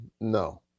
No